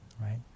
right